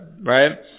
right